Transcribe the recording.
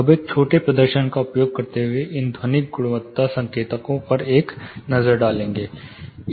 अब हम एक छोटे प्रदर्शन का उपयोग करते हुए इन ध्वनिक गुणवत्ता संकेतकों पर एक नज़र डालेंगे